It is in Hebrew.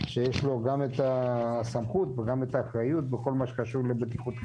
שיש לו גם את הסמכות וגם את האחריות בכל מה שקשור לבטיחות.